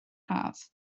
haf